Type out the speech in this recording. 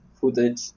footage